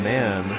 Man